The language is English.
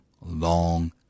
long